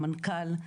המנכ"ל,